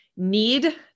Need